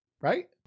right